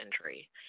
injury